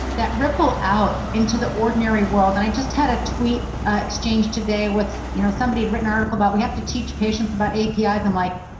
that ripple out into the ordinary world and i just had a tweet exchange today with, you know, somebody had written article about we have to teach patients about api's. i'm like,